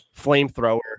flamethrower